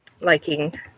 liking